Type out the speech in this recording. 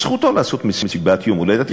זכותו לעשות מסיבת יום-הולדת.